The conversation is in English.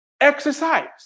exercise